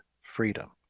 freedom